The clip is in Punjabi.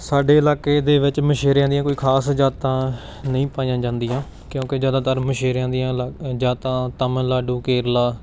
ਸਾਡੇ ਇਲਾਕੇ ਦੇ ਵਿੱਚ ਮਛੇਰਿਆਂ ਦੀਆਂ ਕੋਈ ਖਾਸ ਜਾਤਾਂ ਨਹੀਂ ਪਾਈਆਂ ਜਾਂਦੀਆਂ ਕਿਉਂਕਿ ਜ਼ਿਆਦਾਤਰ ਮਛੇਰਿਆਂ ਦੀਆਂ ਲਾ ਜਾਤਾਂ ਤਾਮਿਲਨਾਡੂ ਕੇਰਲਾ